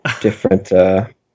Different